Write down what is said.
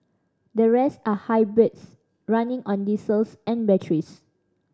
the rest are hybrids running on diesels and batteries